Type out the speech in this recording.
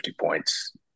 points